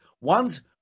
ones